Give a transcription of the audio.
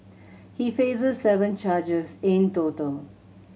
he faces seven charges in total